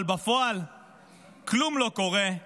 אבל בפועל כלום לא קורה,